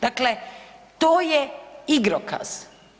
Dakle, to je igrokaz.